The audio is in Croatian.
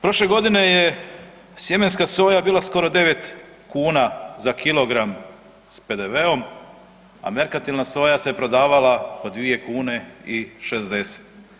Prošle godine je sjemenska soja bila skoro 9 kuna za kilogram sa PDV-om, a merkantilna soja se prodavala po 2 kune i 60.